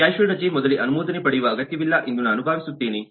casual ರಜೆ ಮೊದಲೇ ಅನುಮೋದನೆ ಪಡೆಯುವ ಅಗತ್ಯವಿಲ್ಲ ಎಂದು ನಾನು ಭಾವಿಸುತ್ತೇನೆ